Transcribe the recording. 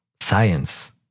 science